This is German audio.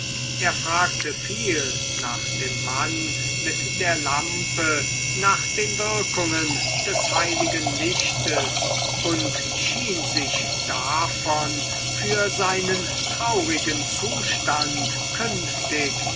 er fragte viel nach dem mann mit der lampe nach den wirkungen des heiligen lichtes und schien sich davon für seinen traurigen zustand künftig